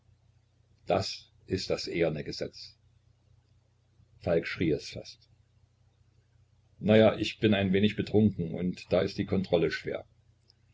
das ist das eherne gesetz falk schrie es fast na ja ich bin ein wenig betrunken und da ist die kontrolle schwer